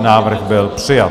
Návrh byl přijat.